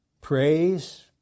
praise